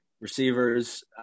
Receivers